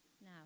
Now